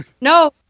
No